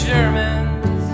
Germans